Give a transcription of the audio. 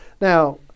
Now